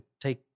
take